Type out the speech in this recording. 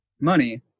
money